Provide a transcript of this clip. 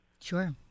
Sure